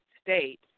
state